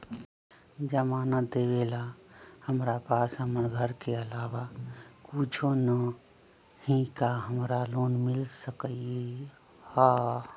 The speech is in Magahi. जमानत देवेला हमरा पास हमर घर के अलावा कुछो न ही का हमरा लोन मिल सकई ह?